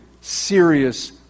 serious